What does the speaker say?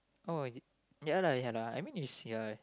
oh ya lah ya lah I mean is ya